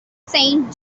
saint